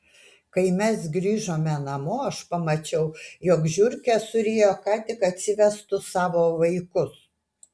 kai mes grįžome namo aš pamačiau jog žiurkė surijo ką tik atsivestus savo vaikus